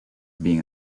being